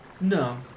No